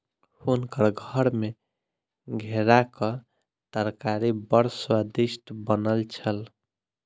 हुनकर घर मे घेराक तरकारी बड़ स्वादिष्ट बनल छल